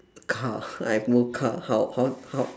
car I have no car how how how